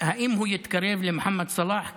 האם הוא יתקרב למוחמד סלאח?